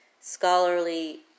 scholarly